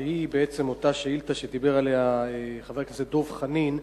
שהיא בעצם אותה שאילתא שדיבר עליה חבר הכנסת דב חנין,